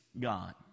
God